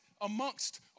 amongst